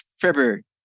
February